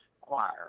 choir